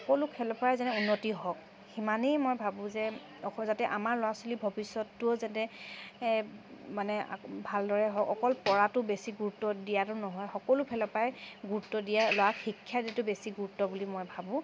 সকলো ফালৰ পৰাই যাতে উন্নতি হওক ইমানেই মই ভাবোঁ যে অকল যাতে আমাৰ ল'ৰা ছোৱালী ভৱিষ্যতটোও যাতে মানে ভালদৰে হওক অকল পৰাটো বেছি গুৰুত্ব দিয়াটো নহয় সকলো ফালৰ পৰাই গুৰুত্ব দিয়ে ল'ৰাক শিক্ষা দিয়াটো বেছি গুৰুত্ব বুলি মই ভাবোঁ